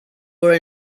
were